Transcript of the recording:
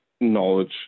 knowledge